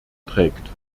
trägt